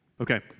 Okay